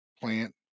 plant